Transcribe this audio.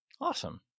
Awesome